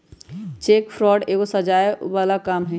cheque fraud एगो सजाओ बला काम हई